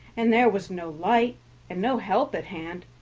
and there was no light and no help at hand,